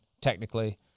technically